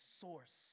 source